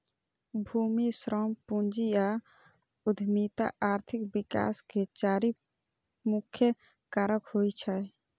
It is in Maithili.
भूमि, श्रम, पूंजी आ उद्यमिता आर्थिक विकास के चारि मुख्य कारक होइ छै